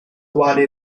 quale